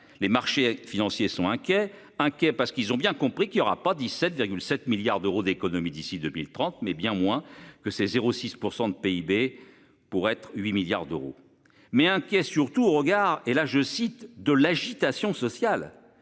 Les marchés financiers sont inquiets, inquiets parce qu'ils ont bien compris qu'il aura pas 17, 7 milliards d'euros d'économies d'ici 2030, mais bien moins que c'est 0 6 % de PIB pour être 8 milliards d'euros, mais inquiets surtout au regard et là je cite de l'agitation sociale